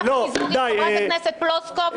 היה לכם מיזוג עם חברת הכנסת פלוסקוב,